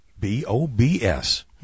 B-O-B-S